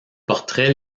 portraits